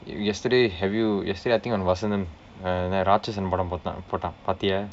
yesterday have you yesterday I think on Vasantham uh Ratsasan படம் பார்தேன் போட்டான் பார்த்தியா:rachsasan padam paartheen pootdaan paarthiyaa